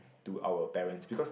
to our parents because